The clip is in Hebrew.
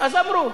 אז אמרו.